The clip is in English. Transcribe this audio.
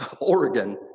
Oregon